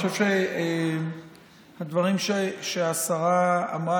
אני חושב שהדברים שהשרה אמרה,